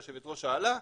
היושבת-ראש שאלה,